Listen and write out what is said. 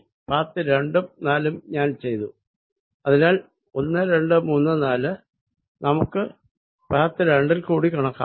path രണ്ടും നാലും ഞാൻ ചെയ്തു അതിനാൽ 1234 നമുക്ക് പാത്ത് 2 ൽ കൂടി കണക്കാക്കാം